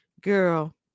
girl